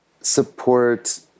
support